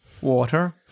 water